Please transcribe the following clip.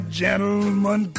gentleman